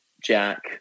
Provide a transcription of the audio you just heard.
jack